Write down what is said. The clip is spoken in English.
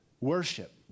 Worship